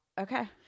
Okay